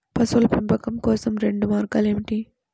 పశువుల పెంపకం కోసం రెండు మార్గాలు ఏమిటీ?